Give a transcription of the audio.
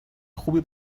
خوبی